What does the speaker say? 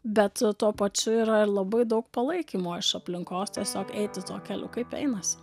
bet tuo pačiu yra ir labai daug palaikymo iš aplinkos tiesiog eiti tuo keliu kaip einasi